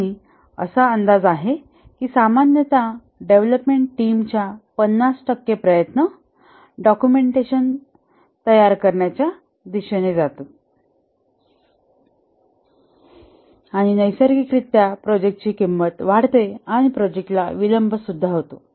आणि असा अंदाज आहे की सामान्यत डेव्हलपमेंट टीम च्या 50 टक्के प्रयत्न डॉक्युमेंटेशन तयार करण्याच्या दिशेने जातात आणि नैसर्गिकरित्या प्रोजेक्ट ची किंमत वाढते आणि प्रोजेक्टला विलंब होतो